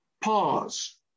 pause